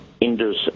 Indus